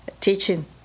teaching